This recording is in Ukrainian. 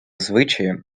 звичаєм